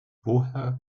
woher